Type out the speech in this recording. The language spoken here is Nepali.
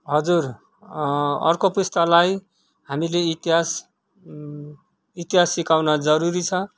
हजुर अर्को पुस्तालाई हामीले इतिहास इतिहास सिकाउन जरुरी छ